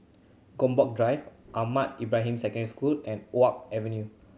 Gombak Drive Ahmad Ibrahim Secondary School and Oak Avenue